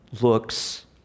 looks